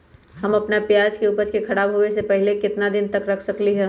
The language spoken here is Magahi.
हम अपना प्याज के ऊपज के खराब होबे पहले कितना दिन तक रख सकीं ले?